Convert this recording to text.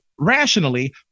rationally